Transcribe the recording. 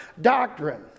Doctrine